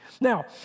Now